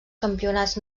campionats